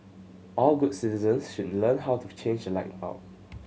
all good citizens should learn how to change a light bulb